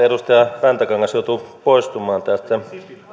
edustaja rantakangas joutui poistumaan täältä